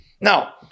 Now